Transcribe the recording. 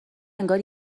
انگار